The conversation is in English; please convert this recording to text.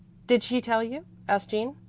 did she tell you? asked jean.